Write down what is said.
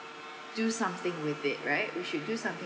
do something with it right we should do something